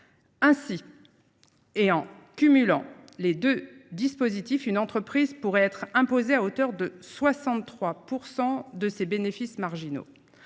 Ainsi, en cumulant les deux dispositifs, une entreprise pourrait être imposée à hauteur de 63 % de ses bénéfices marginaux